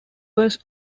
was